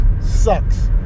sucks